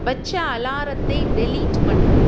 வச்ச அலாரத்தை டெலீட் பண்ணு